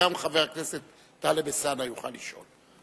גם חבר הכנסת טלב אלסאנע יוכל לשאול.